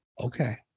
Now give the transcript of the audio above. Okay